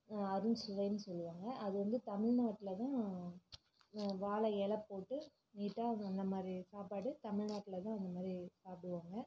அறுஞ்சுவைன்னு சொல்வாங்க அது வந்து தமிழ்நாட்டில்தான் வாழை எலை போட்டு நீட்டாக அந்த மாதிரி சாப்பாடு தமிழ்நாட்டில்தான் அந்தமாதிரி சாப்பிடுவாங்க